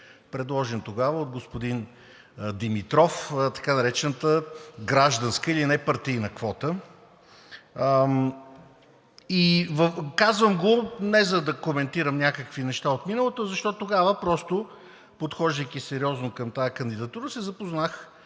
предложен тогава от господин Димитров, така наречената гражданска или непартийна квота. Казвам го не за да коментирам някакви неща от миналото, а защото тогава, просто подхождайки сериозно към тази кандидатура, се запознах